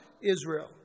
Israel